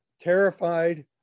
terrified